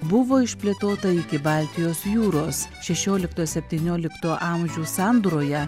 buvo išplėtota iki baltijos jūros šešiolikto septyniolikto amžių sandūroje